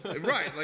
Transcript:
right